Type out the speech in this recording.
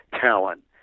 talent